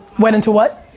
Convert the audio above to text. went into what?